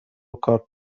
کارت